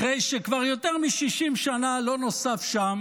אחרי שכבר יותר מ-60 שנה לא נוסף שם